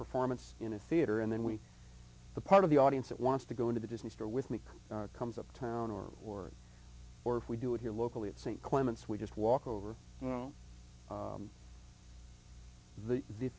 performance in a theater and then we the part of the audience that wants to go into the disney store with me comes up town or or or if we do it here locally at st clement's we just walk over you know the